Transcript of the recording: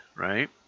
Right